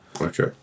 Okay